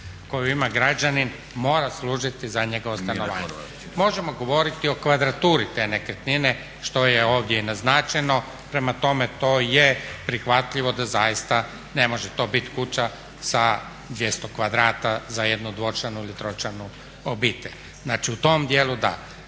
koju ima građanin mora služiti za njegovo stanovanje. Možemo govoriti o kvadraturi te nekretnine što je ovdje i naznačeno. Prema tome, to je prihvatljivo da zaista ne može to bit kuća sa 200 kvadrata za jednu dvočlanu ili tročlanu obitelj. Znači, u tom dijelu da.